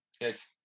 yes